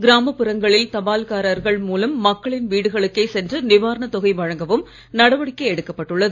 கிராமப்புறங்களில் தபால்காரர்கள் மூலம் மக்களின் வீடுகளுக்கே சென்று நிவாரணத் தொகை வழங்கவும் நடவடிக்கை எடுக்கப்பட்டுள்ளது